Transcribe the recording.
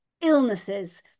illnesses